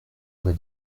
vrai